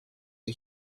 are